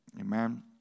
Amen